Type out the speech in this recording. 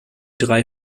drei